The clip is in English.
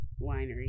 winery